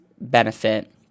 benefit